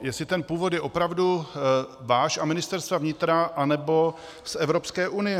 Jestli ten původ je opravdu váš a Ministerstva vnitra, anebo z Evropské unie.